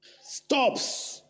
stops